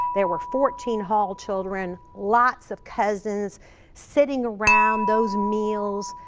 there were fourteen hall children, lots of cousins sitting around those meals,